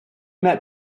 met